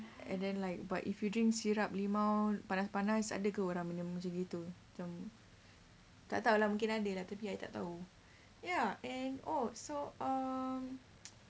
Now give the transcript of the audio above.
and then like but if you drink syrup limau panas-panas ada ke orang minum macam gitu tak tahu lah mungkin ada tapi I tak tahu ya and oh so um